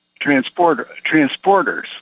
transporters